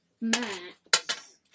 Max